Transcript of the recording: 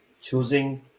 choosing